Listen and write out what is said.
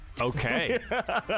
Okay